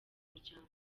muryango